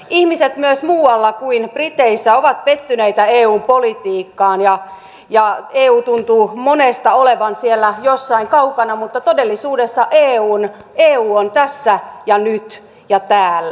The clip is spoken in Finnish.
ihmiset myös muualla kuin briteissä ovat pettyneitä eun politiikkaan ja eu tuntuu monesta olevan siellä jossain kaukana mutta todellisuudessa eu on tässä ja nyt ja täällä